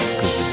Cause